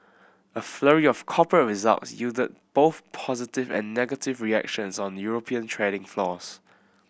a flurry of corporate results yielded both positive and negative reactions on European trading floors